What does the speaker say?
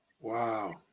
wow